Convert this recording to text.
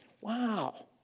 Wow